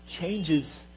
changes